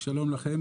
שלום לכם.